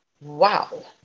wow